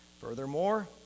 Furthermore